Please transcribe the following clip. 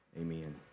Amen